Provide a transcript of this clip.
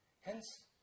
Hence